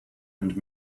and